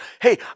Hey